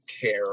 care